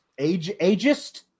ageist